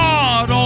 God